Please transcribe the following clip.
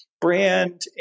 brand